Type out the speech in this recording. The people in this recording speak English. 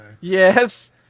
Yes